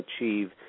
achieve